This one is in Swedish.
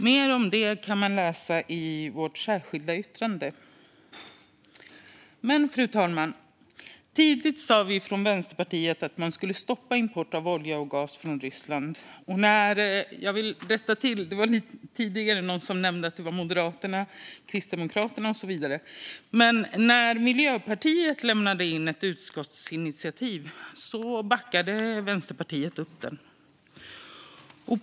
Mer om detta kan man läsa i vårt särskilda yttrande. Fru talman! Tidigt sa vi från Vänsterpartiet att man skulle stoppa import av olja och gas från Ryssland. Tidigare var det någon som nämnde Moderaterna, Kristdemokraterna och så vidare, men när Miljöpartiet lämnade in ett utskottsinitiativ var det Vänsterpartiet som backade upp det.